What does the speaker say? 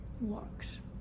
works